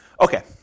Okay